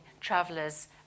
travelers